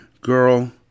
Girl